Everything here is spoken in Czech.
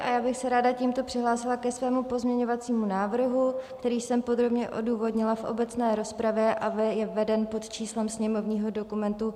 Já bych se ráda tímto přihlásila ke svému pozměňovacímu návrhu, který jsem podrobně odůvodnila v obecné rozpravě a je veden pod číslem sněmovního dokumentu 7482.